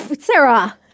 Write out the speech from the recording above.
Sarah